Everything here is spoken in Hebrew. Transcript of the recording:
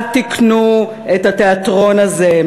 אל תקנו את התיאטרון הזה,